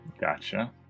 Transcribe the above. Gotcha